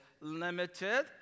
limited